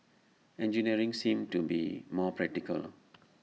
engineering seemed to be more practical